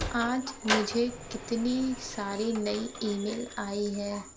आज मुझे कितनी सारी नई ईमेल आई है